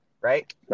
Right